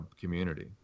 community